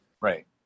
Right